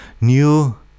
new